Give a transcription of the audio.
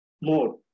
more